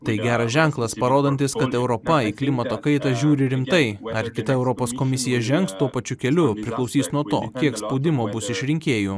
tai geras ženklas parodantis kad europa į klimato kaitą žiūri rimtai ar kita europos komisija žengs tuo pačiu keliu priklausys nuo to kiek spaudimo bus iš rinkėjų